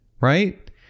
right